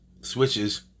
switches